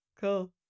Cool